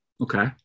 Okay